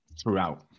throughout